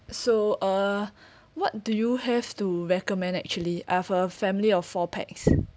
so uh what do you have to recommend actually I have a family of four pax